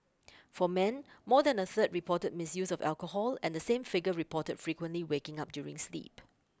for men more than a third reported misuse of alcohol and the same figure reported frequently waking up during sleep